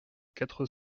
quatre